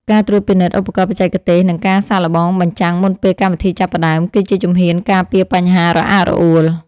ការត្រួតពិនិត្យឧបករណ៍បច្ចេកទេស និងការសាកល្បងបញ្ចាំងមុនពេលកម្មវិធីចាប់ផ្ដើម គឺជាជំហានការពារបញ្ហារអាក់រអួល។